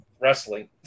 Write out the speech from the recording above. wrestling